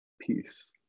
peace